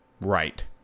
right